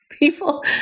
People